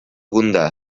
кунта